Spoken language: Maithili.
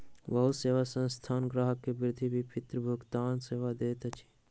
बहुत सेवा संस्थान ग्राहक के विद्युत विपत्र भुगतानक सेवा दैत अछि